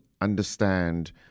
understand